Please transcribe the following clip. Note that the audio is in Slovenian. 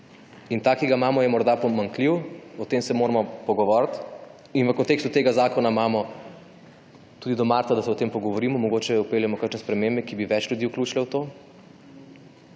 In ta, ki ga imamo je morda pomanjkljiv, o tem se moramo pogovoriti, in v kontekstu tega zakona imamo tudi do marca, da se o tem pogovorimo, mogoče vpeljemo kakšne spremembe, ki bi več ljudi vključile v to.